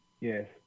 Yes